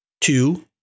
Two